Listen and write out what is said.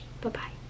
Bye-bye